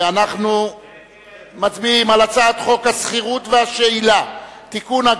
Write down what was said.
ואנחנו מצביעים על הצעת חוק השכירות והשאילה (תיקון,